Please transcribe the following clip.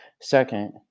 Second